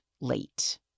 late